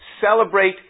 celebrate